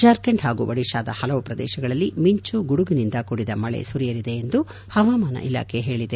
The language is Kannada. ಜಾರ್ಖಂಡ್ ಹಾಗೂ ಒಡಿತಾದ ಹಲವು ಪ್ರದೇಶಗಳಲ್ಲಿ ಮಿಂಚು ಗುಡುಗಿನಿಂದ ಕೂಡಿದ ಮಳೆ ಬೀಳಲಿದೆ ಎಂದು ಹವಾಮಾನ ಇಲಾಖೆ ಹೇಳಿದೆ